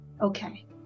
okay